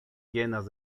llenas